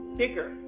bigger